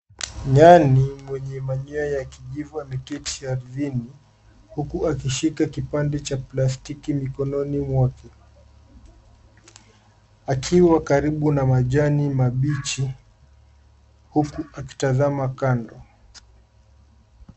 Nyani mwenye manyoya ya kijivu ameketi ardhini. Huku akishika kipande cha plastiki mikononi mwake. Akiwa karibu na majani mabichi huku akitazama kando.